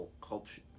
culture